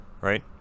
right